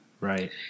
right